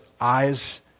eyes